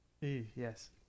Yes